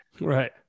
Right